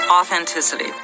authenticity